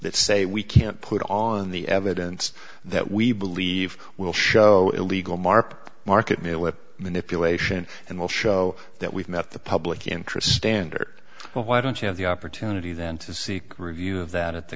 that say we can't put on the evidence that we believe will show illegal mark market mail at manipulation and will show that we've met the public interest standard well why don't you have the opportunity then to seek review of that at the